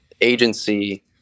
agency